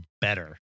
better